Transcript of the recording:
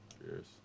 cheers